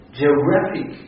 geographic